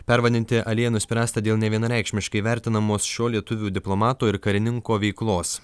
pervadinti alėją nuspręsta dėl nevienareikšmiškai vertinamos šio lietuvių diplomato ir karininko veiklos